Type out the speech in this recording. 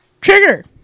trigger